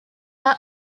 are